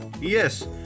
yes